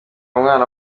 umwana